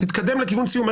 תתקדם לכיוון סיום,